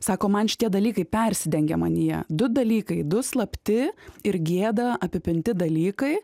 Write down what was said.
sako man šitie dalykai persidengia manyje du dalykai du slapti ir gėda apipinti dalykai